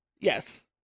Yes